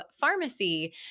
pharmacy